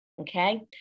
Okay